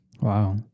Wow